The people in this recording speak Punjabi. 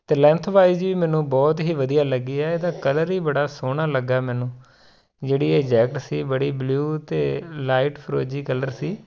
ਅਤੇ ਲੈਂਥ ਵਾਈਸ ਵੀ ਮੈਨੂੰ ਬਹੁਤ ਹੀ ਵਧੀਆ ਲੱਗੀ ਹੈ ਇਹਦਾ ਕਲਰ ਹੀ ਬੜਾ ਸੋਹਣਾ ਲੱਗਾ ਮੈਨੂੰ ਜਿਹੜੀ ਇਹ ਜੈਕਟ ਸੀ ਬੜੀ ਬਲਿਊ ਅਤੇ ਲਾਈਟ ਫਰੋਜੀ ਕਲਰ ਸੀ